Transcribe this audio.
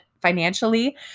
financially